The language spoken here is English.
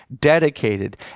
dedicated